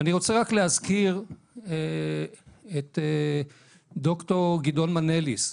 ואני רוצה רק להזכיר את ד"ר גדעון מנליס.